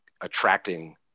attracting